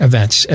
events